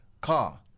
car